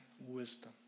wisdom